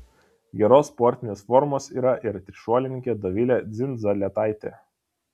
geros sportinės formos yra ir trišuolininkė dovilė dzindzaletaitė